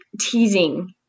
teasing